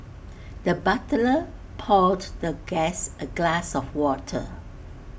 the butler poured the guest A glass of water